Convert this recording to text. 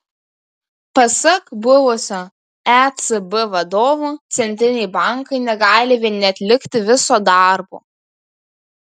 pasak buvusio ecb vadovo centriniai bankai negali vieni atlikti viso darbo